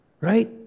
right